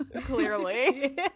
clearly